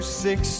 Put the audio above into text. six